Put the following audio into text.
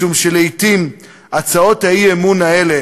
משום שלעתים הצעות האי-אמון האלה,